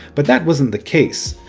but that wasn't the case.